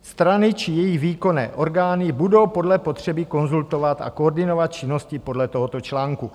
Strany či její výkonné orgány budou podle potřeby konzultovat a koordinovat činnosti podle tohoto článku.